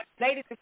ladies